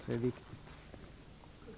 Det är viktigt.